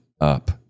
up